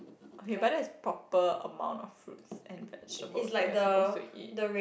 okay but that is proper amount of fruits and vegetables that you're supposed to eat